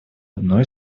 одной